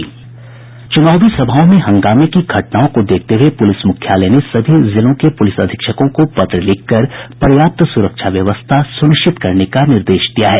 चुनावी सभाओं में हंगामे की घटनाओं को देखते हुये पुलिस मुख्यालय ने सभी जिलों के पुलिस अधीक्षकों को पत्र लिखकर पर्याप्त सुरक्षा व्यवस्था सुनिश्चित करने का निर्देश दिया है